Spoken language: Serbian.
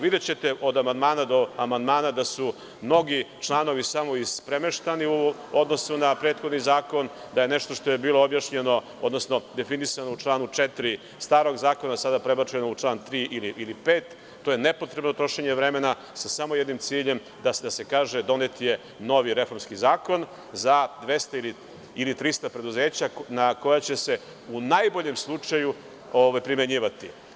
Videćete od amandmana do amandmana da su mnogi članovi samo ispremeštani u odnosu na prethodni zakon, da nešto što je bilo objašnjeno, odnosno definisano u članu 4. starog zakona sada prebačeno u član 3. ili u član 5. To je nepotrebno trošenje vremena sa samo jednim ciljem da se kaže – donet je novi reformski zakon za 200 ili 300 preduzeća na koja će se, u najboljem slučaju, primenjivati.